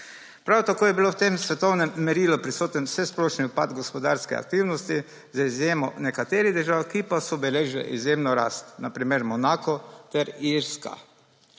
Prav tako je bil v svetovnem merilu prisoten vsesplošni upad gospodarske aktivnosti, z izjemo nekaterih držav, ki pa so beležile izjemno rast, na primer Monako ter Irska.